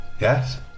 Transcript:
Yes